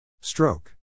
Stroke